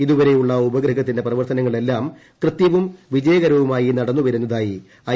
ഇതുവരെയുള്ള ഉപഗ്രഹത്തിന്റെ പ്രവർത്തനങ്ങളെല്ലാം കൃത്യവും വിജയകരവുമായി നടന്നുവരുന്നതായി ഐ